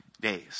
days